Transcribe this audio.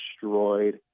destroyed